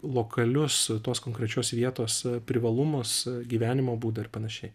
lokalius tos konkrečios vietos privalumus gyvenimo būdą ir panašiai